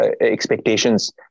Expectations